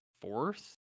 fourth